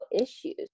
issues